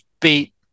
beat